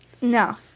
No